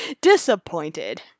Disappointed